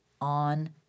on